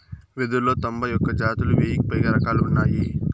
వెదురులో తొంభై ఒక్క జాతులు, వెయ్యికి పైగా రకాలు ఉన్నాయి